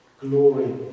glory